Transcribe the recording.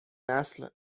نسل